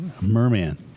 Merman